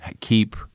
keep